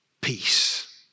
Peace